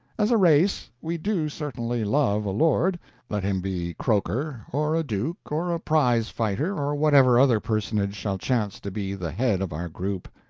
as a race, we do certainly love a lord let him be croker, or a duke, or a prize-fighter, or whatever other personage shall chance to be the head of our group.